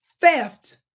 theft